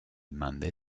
mandé